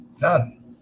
none